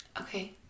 Okay